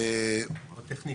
הרשות